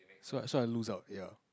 so I so I lose out ya